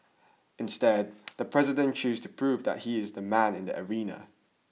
instead the president chose to prove that he is the man in the arena